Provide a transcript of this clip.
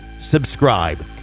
subscribe